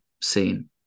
scene